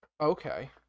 Okay